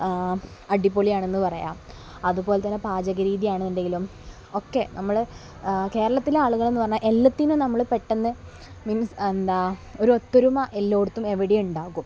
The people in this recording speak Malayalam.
അടിപൊളിയാണെന്ന് പറയാം അതുപോലെ തന്നെ പാചക രീതി ആണെന്നുണ്ടെങ്കിലും ഒക്കെ നമ്മൾ കേരളത്തിലെ ആളുകളെന്ന് പറഞ്ഞാൽ എല്ലാത്തിനും നമ്മൾ പെട്ടെന്ന് മീൻസ് എന്താണ് ഒരു ഒത്തൊരുമ എല്ലായിടത്തും എവിടേയും ഉണ്ടാവും